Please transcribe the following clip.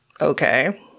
Okay